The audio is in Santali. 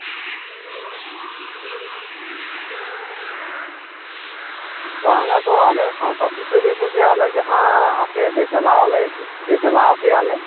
ᱵᱟᱝ ᱟᱫᱚ ᱟᱞᱮ ᱥᱟᱶᱛᱟ ᱥᱩᱥᱟᱹᱨᱤᱭᱟᱹ ᱠᱚᱜᱮ ᱟᱞᱮ ᱡᱟᱦᱟᱸ ᱟᱯᱮ ᱫᱮᱼᱫᱮᱞᱟᱣᱟᱞᱮ ᱫᱮᱼᱫᱮᱞᱟᱭᱟᱯᱮᱭᱟᱞᱮ